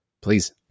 please